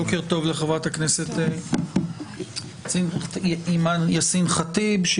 בוקר טוב לחברת הכנסת אימאן ח'טיב יאסין,